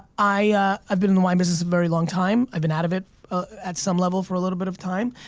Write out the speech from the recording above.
i've i've been in the wine business a very long time, i've been out of it at some level for a little bit of time.